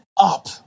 up